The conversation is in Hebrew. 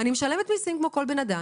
אני משלמת מיסים כמו כל בן אדם.